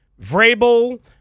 Vrabel